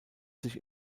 sich